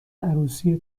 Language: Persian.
عروسی